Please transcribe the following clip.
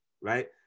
right